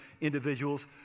individuals